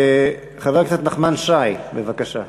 חבר הכנסת נחמן שי, בבקשה.